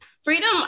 Freedom